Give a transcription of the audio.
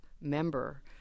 member